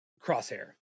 Crosshair